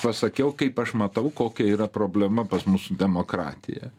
pasakiau kaip aš matau kokia yra problema pas mus su demokratija